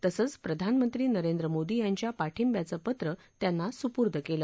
तसंच प्रधानमंत्री नरेंद्र मोदी यांच्या पाठिंब्याचं पत्र त्यांना सुर्पूद केलं